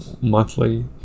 monthly